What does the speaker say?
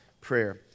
prayer